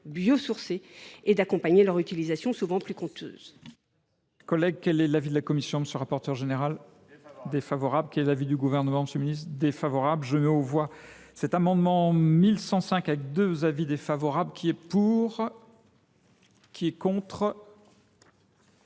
biosourcés et d’accompagner leur utilisation, souvent plus coûteuse.